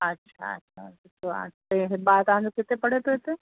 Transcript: अच्छा अच्छा ॿार तव्हांजो किथे पढ़े पियो हिते